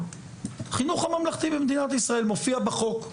החינוך הממלכתי במדינת ישראל מופיע בחוק,